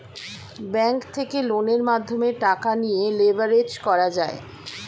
bank থেকে লোনের মাধ্যমে টাকা নিয়ে লেভারেজ করা যায়